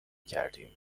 کردیم